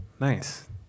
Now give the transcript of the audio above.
Nice